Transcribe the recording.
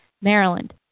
Maryland